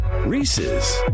Reese's